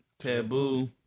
Taboo